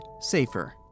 SAFER